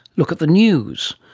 look at the news.